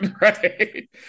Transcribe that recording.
right